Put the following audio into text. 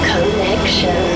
Connection